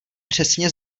přesně